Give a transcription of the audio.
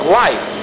life